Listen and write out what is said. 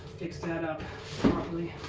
fix that up properly.